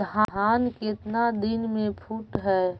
धान केतना दिन में फुट है?